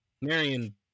Marion